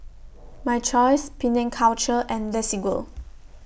My Choice Penang Culture and Desigual